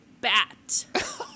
bat